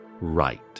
right